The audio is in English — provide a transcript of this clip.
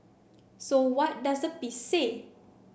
so what does the piece say